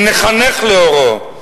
אם נחנך לאורו,